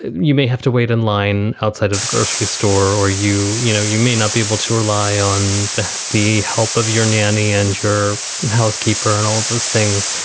you may have to wait in line outside of the grocery store or, you you know, you may not be able to rely on the the help of your nanny and your housekeeper and all of those things.